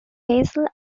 hazel